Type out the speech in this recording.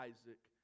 Isaac